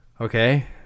Okay